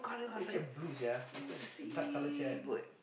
blue sia must get dark colour chair [one]